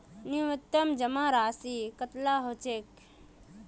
न्यूनतम जमा राशि कतेला होचे?